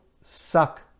suck